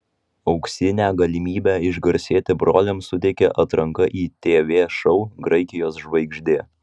auksinę galimybę išgarsėti broliams suteikia atranka į tv šou graikijos žvaigždė